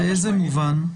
באיזה מובן?